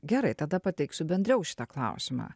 gerai tada pateiksiu bendriau šitą klausimą